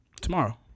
Tomorrow